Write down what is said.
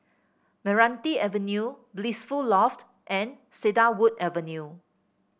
Meranti Avenue Blissful Loft and Cedarwood Avenue